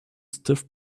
stiff